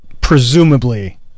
Presumably